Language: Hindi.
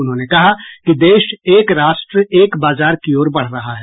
उन्होंने कहा कि देश एक राष्ट्र एक बाजार की ओर बढ़ रहा है